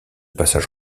passage